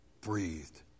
breathed